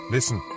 Listen